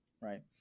right